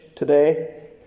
today